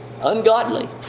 Ungodly